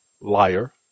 liar